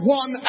one